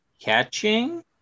catching